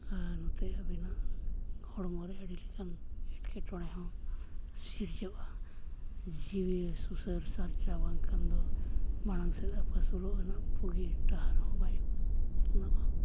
ᱟᱨ ᱱᱚᱛᱮ ᱟᱵᱤᱱᱟᱜ ᱦᱚᱲᱢᱚᱨᱮ ᱟᱹᱰᱤᱞᱮᱠᱟᱱ ᱮᱴᱠᱮᱴᱚᱬᱮ ᱦᱚᱸ ᱥᱤᱨᱡᱟᱹᱜᱼᱟ ᱡᱤᱣᱤ ᱥᱩᱥᱟᱹᱨ ᱥᱟᱨᱪᱟ ᱵᱟᱝᱠᱷᱟᱱ ᱫᱚ ᱢᱟᱲᱟᱝ ᱥᱮᱫ ᱟᱯᱟᱥᱩᱞᱚᱜ ᱨᱮᱱᱟᱜ ᱵᱩᱜᱤ ᱰᱟᱦᱟᱨ ᱦᱚᱸ ᱵᱟᱭ ᱯᱩᱨᱩᱱᱚᱜᱼᱟ